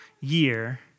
year